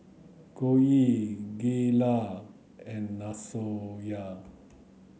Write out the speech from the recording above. Coen Gayla and Lasonya